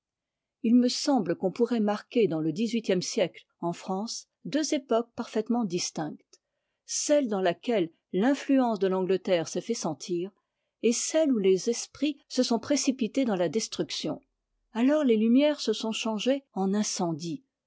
il me semble qu'on pourrait marquer dans le dix-huitième siècle en france deux époques parfaitement distinctes celle dans laquelle l'influence de l'angleterre s'est fait sentir et celle où les esprits se sont précipités dans la destruction alors les lumières se sont changées en incendie